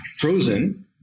frozen